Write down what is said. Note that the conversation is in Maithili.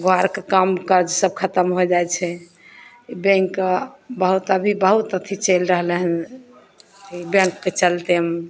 घरके काम काज सब खतम होइ जाइ छै बैँकके बहुत अभी बहुत अथी चलि रहलै हँ ई बैँकके चलिते